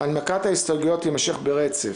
הנמקת ההסתייגויות תימשך ברצף